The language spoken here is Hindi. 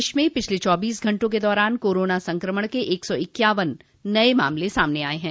प्रदेश में पिछले चौबीस घंटों के दौरान कोरोना संक्रमण के एक सौ इक्यावन नये मामले सामने आये हैं